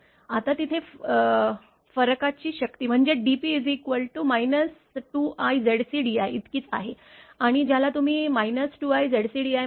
आता तिथे फरकाची शक्ती म्हणजे dp 2iZcdi इतकीच आहे आणि ज्याला तुम्ही 2iZcdiम्हणता